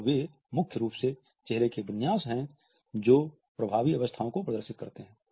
और वे मुख्य रूप से चेहरे के विन्यास हैं जो प्रभावी अवस्थाओं को प्रदर्शित करते हैं